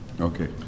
Okay